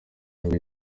nibwo